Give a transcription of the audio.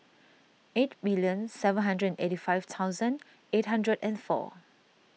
eighty million seven hundred eighty five thousand eight hundred and four